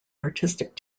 artistic